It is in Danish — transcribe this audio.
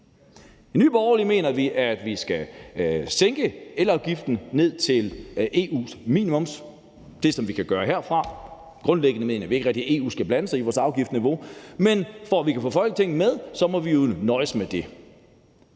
I Nye Borgerlige mener vi, at vi skal sænke elafgiften ned til EU's minimumssats. Det er, hvad vi kan gøre herfra. Grundlæggende mener vi ikke rigtig, at EU skal blande sig i vores afgiftsniveau, men for at vi kan få Folketinget med, må vi jo nøjes med det.